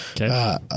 Okay